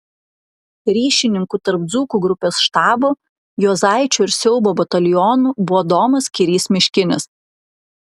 ryšininku tarp dzūkų grupės štabo juozaičio ir siaubo batalionų buvo domas kirys miškinis